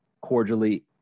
cordially